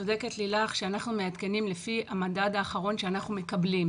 צודקת לילך שאנחנו מעדכנים לפי המדד האחרון שאנחנו מקבלים.